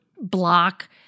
block